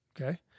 Okay